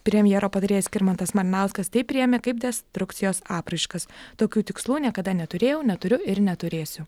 premjero patarėjas skirmantas malinauskas tai priėmė kaip destrukcijos apraiškas tokių tikslų niekada neturėjau neturiu ir neturėsiu